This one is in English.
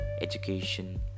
education